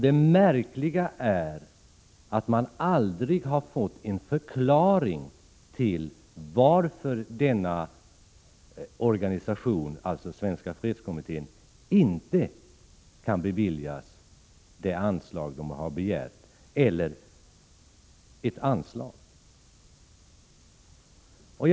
Det märkliga är att man aldrig har fått en förklaring till varför Svenska fredskommittén inte kan beviljas det anslag som har begärts eller ett anslag över huvud taget.